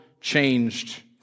changed